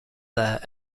there